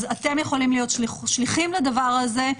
אז אתם יכולים להיות שליחים לדבר הזה.